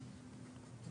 ודרכונים.